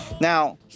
Now